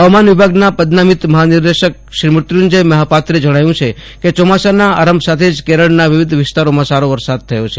હવામાન વિભાગના પદનામીત મહાનિદેશક મૃત્યુંજય મહાપાત્રે જણાવ્યું છે કે ચોમાસાના આરંભ સાથે જ કેરળના વિવિધ સ્થળોએ સારો વરસાદ શરૂ થયો છે